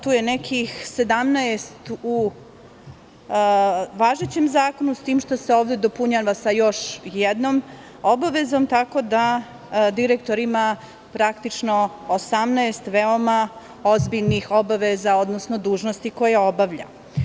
Tu je nekih 17 u važećem zakonu, s tim što se ovde dopunjava sa još jednom obavezom, tako da direktor ima, praktično, 18 veoma ozbiljnih obaveza, odnosno dužnosti koje obavlja.